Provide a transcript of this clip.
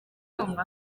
numva